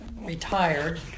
retired